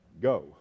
go